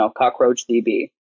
CockroachDB